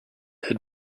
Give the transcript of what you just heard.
had